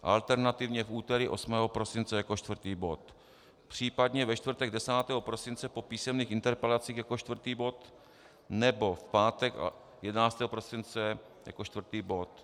Alternativně na úterý 8. prosince jako čtvrtý bod, případně ve čtvrtek 10. prosince po písemných interpelacích jako čtvrtý bod nebo v pátek 11. prosince jako čtvrtý bod.